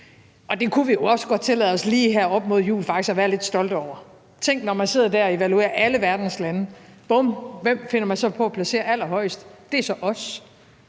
Det kunne vi jo også godt tillade os lige her op mod jul faktisk at være lidt stolte over. Tænk, at når man sidder der og evaluerer alle verdens lande – bum! – hvem finder man så på at placere allerhøjest? Det er så os.